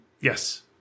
Yes